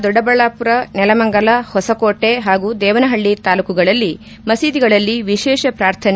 ದೊಡ್ಡಬಳ್ಳಾಪುರ ನೆಲಮಂಗಲ ಹೊಸಕೋಟೆ ಹಾಗೂ ದೇವನಹಳ್ಳಿ ತಾಲ್ಲೂಕುಗಳಲ್ಲಿ ಮಸೀದಿಗಳಲ್ಲಿ ವಿಶೇಷ ಪ್ರಾರ್ಥನೆ